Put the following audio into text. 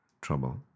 trouble